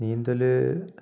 നീന്തൽ